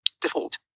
default